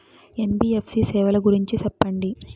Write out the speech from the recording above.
NBFC సేవల గురించి సెప్పండి?